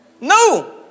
No